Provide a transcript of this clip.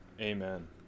Amen